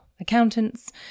accountants